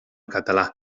català